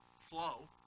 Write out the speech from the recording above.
flow